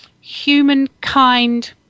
humankind